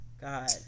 god